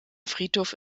friedhof